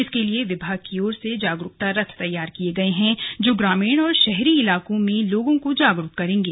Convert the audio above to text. इसके लिए विभाग की ओर से जागरूकत रथ तैयार किए गए हैं जो ग्रामीण और शहरी इलाकों में लोगों को जागरूक करेंगे